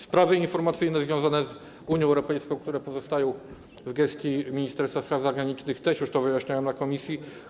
Sprawy informacyjne związane z Unią Europejską, które pozostają w gestii Ministerstwa Spraw Zagranicznych - też już to wyjaśniałem w komisji.